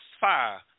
fire